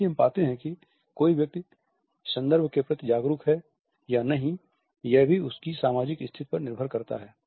साथ ही हम पाते हैं कि कोई व्यक्ति संदर्भ के प्रति जागरूक है या नहीं यह भी उसकी सामाजिक स्थिति पर निर्भर करता है